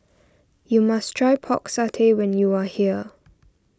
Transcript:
you must try Pork Satay when you are here